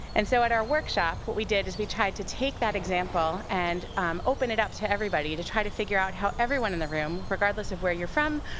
and so at our workshop, what we did, is we tried to take that example, and open it up to everybody, to try to figure out how everyone in the room, regardless of where you're from,